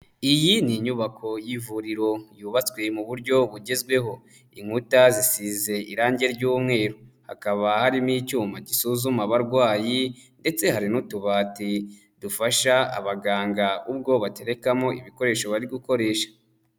Iyi ni inyubako y'ivuriro yubatswe mu buryo bugezweho. Inkuta zisize irangi ry'umweru. Hakaba harimo icyuma gisuzuma abarwayi, ndetse hari n'utubati dufasha abaganga ubwo baterekamo ibikoresho bari gukoresha.